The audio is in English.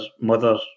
mother